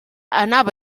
anava